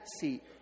seat